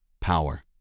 power